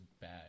bad